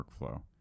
workflow